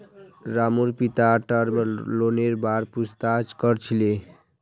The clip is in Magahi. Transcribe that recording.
रामूर पिता टर्म लोनेर बार पूछताछ कर छिले